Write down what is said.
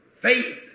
faith